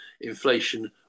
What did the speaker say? inflation